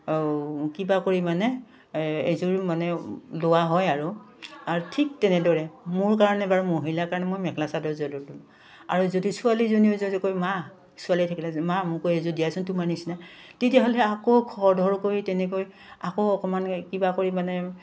কিবা কৰি মানে এযোৰ মানে লোৱা হয় আৰু আৰু ঠিক তেনেদৰে মোৰ কাৰণে বাৰু মহিলাৰ কাৰণে মই মেখেলা চাদৰযোৰে ল'লোঁ আৰু যদি ছোৱালীজনীও যদি কয় মা ছোৱালী থাকিলে যে মা মোকো এযোৰ দিয়াচোন তোমাৰ নিচিনা তেতিয়াহ'লে আকৌ খৰধৰকৈ তেনেকৈ আকৌ অকণমান কিবা কৰি মানে